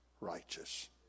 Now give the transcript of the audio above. righteous